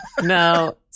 No